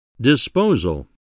Disposal